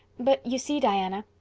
but you see, diana,